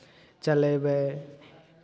चलयबै